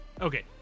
Okay